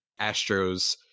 Astros